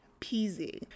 peasy